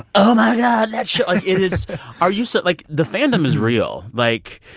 oh, my god, that show. like, it is are you so like, the fandom is real. like,